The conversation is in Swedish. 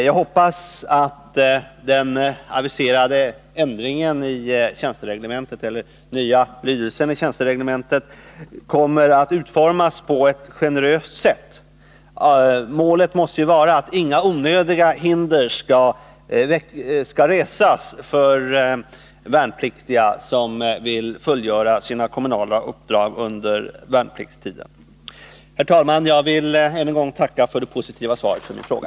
Jag hoppas att den aviserade nya lydelsen i tjänstereglementet kommer att utformas på ett generöst sätt. Målet måste vara att inga onödiga hinder skall resas för värnpliktiga som vill fullgöra sina kommunala uppdrag under värnpliktstiden. Herr talman! Jag tackar än en gång för det positiva svaret på min fråga.